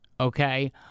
okay